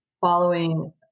following